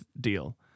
deal